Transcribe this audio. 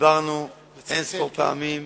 הסברנו אין-ספור פעמים,